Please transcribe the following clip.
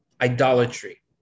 idolatry